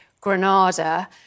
Granada